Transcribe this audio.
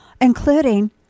including